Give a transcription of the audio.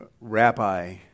rabbi